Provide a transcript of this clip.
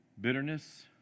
Bitterness